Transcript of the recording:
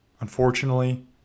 Unfortunately